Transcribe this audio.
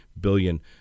billion